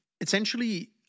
essentially